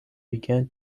began